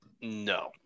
No